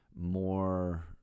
more